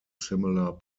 similar